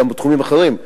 וגם בתחומים אחרים.